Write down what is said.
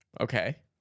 Okay